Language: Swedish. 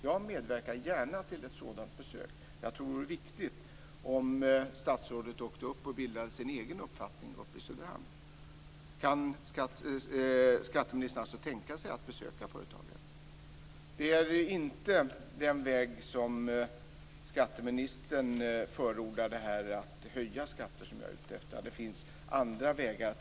Jag medverkar gärna till ett sådant besök. Det vore viktigt om statsrådet åkte upp till Söderhamn och bildade sig en egen uppfattning. Kan skatteministern tänka sig att besöka företaget? Det är inte den väg som skatteministern förordade, med höjda skatter, som jag är ute efter. Det finns andra vägar.